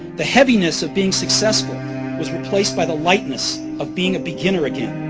the heaviness of being successful was replaced by the lightness of being a beginner again,